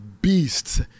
beasts